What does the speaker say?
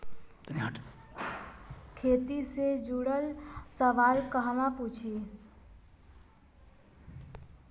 खेती से जुड़ल सवाल कहवा पूछी?